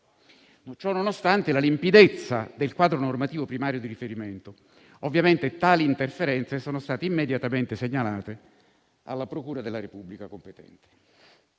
nonostante la limpidezza del quadro normativo primario di riferimento. Ovviamente tali interferenze sono state immediatamente segnalate alla procura della Repubblica competente.